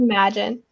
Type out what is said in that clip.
Imagine